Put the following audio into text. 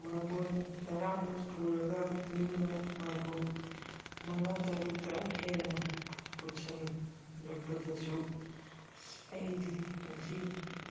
ꯃꯥꯔꯕꯣꯜ ꯇꯔꯥꯃꯨꯛ ꯄꯨꯔꯒ ꯌꯨꯝꯗ ꯃꯥꯔꯕꯣꯜ ꯃꯉꯥ ꯇꯔꯨꯛꯇꯪ ꯍꯦꯟꯅ ꯄꯨꯁꯤꯜꯂꯛꯄꯗꯁꯨ ꯑꯁ ꯑꯩꯗꯤ ꯉꯁꯤ